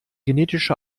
genetische